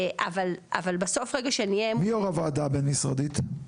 אבל בסוף רגע שנהייה --- מי יו"ר הוועדה הבין-משרדית?